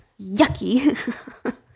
yucky